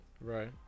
Right